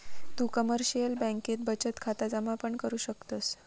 तु कमर्शिअल बँकेत बचत खाता जमा पण करु शकतस